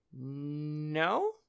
No